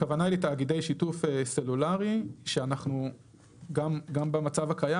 הכוונה היא לתאגידי שיתוף סלולרי שאנחנו גם במצב הקיים,